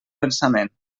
pensament